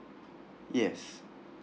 yes